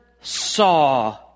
saw